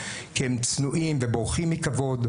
כי הם צנועים ובורחים מכבוד,